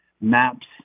maps